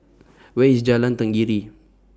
Where IS Jalan Tenggiri